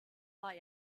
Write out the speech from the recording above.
war